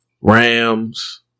Rams